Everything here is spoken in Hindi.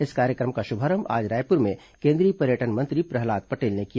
इस कार्यक्रम का शुभारंभ आज रायपुर में केंद्रीय पर्यटन मंत्री प्रहलाद पटेल ने किया